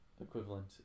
equivalent